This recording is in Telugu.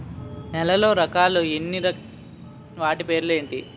నేలలో రకాలు ఎన్ని వాటి పేర్లు ఏంటి?